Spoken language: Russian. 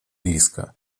риска